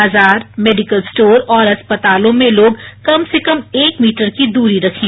वाजार medical store और अस्पतालों में लोग कम से कम एक मीटर की दूरी रखें